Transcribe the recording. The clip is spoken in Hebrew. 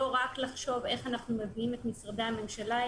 לא רק לחשוב איך אנחנו מביאים את משרדי הממשלה,